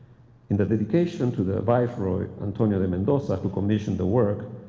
in the dedication to the viceroy, antonio de mendoza who commissioned the work,